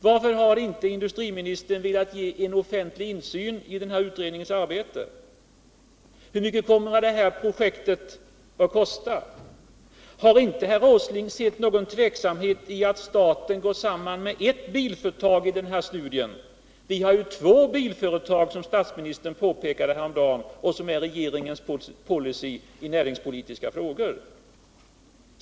Varför har industriministern inte velat ge offentlig insyn i den här utredningens arbete? Hur mycket kommer projektet att kosta? Har inte herr Åsling känt någon tveksamhet inför att staten går samman med ett av våra bilföretag i den här studien? Vi har ju två bilföretag i landet, som statsministern påpekade häromdagen — jag nämner detta apropå regeringens policy i näringspolitiska frågor.